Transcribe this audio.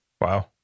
Wow